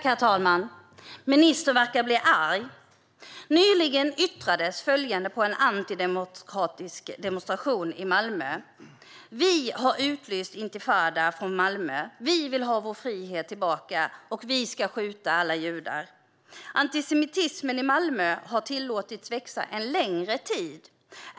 Herr talman! Ministern verkar bli arg. Nyligen yttrades följande på en antidemokratisk demonstration i Malmö: Vi har utlyst intifada från Malmö. Vi vill ha vår frihet tillbaka, och vi ska skjuta alla judar. Antisemitismen i Malmö har tillåtits växa en längre tid.